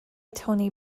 tony